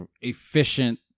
efficient